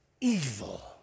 evil